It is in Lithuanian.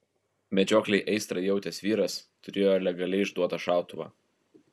medžioklei aistrą jautęs vyras turėjo legaliai išduotą šautuvą